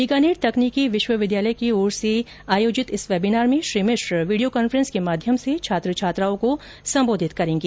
बीकानेर तकनीकी विश्वविद्यालय की ओर र्स आयोजित इस वेबीनार में श्री मिश्र वीडियो कॉन्फ्रेंस के माध्यम से छात्र छात्राओं को सम्बोधित करेंगे